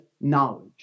knowledge